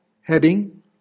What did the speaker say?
heading